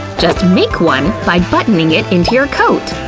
just make one by buttoning it into your coat.